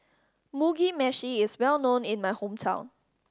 Mugi Meshi is well known in my hometown